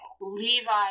Levi